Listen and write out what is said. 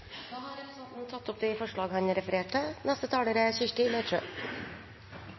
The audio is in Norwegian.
Da har representanten Geir Pollestad tatt opp de forslagene han refererte til. Det blir replikkordskifte. Det skal ikke være tvil om at Senterpartiet er